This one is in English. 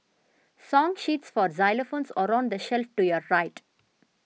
song sheets for xylophones are on the shelf to your right